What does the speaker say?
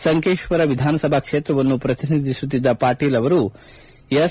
ಸಂಕೇಶ್ವರ ವಿಧಾನಸಭಾ ಕ್ಷೇತವನ್ನು ಪ್ರತಿನಿಧಿಸುತ್ತಿದ್ದ ಇವರು ಎಸ್